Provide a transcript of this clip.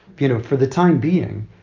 you know for the time being,